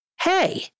hey